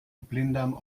blinddarm